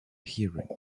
hearings